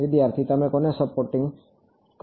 વિદ્યાર્થીઃ તમે કોને સપોર્ટિંગ કહો છો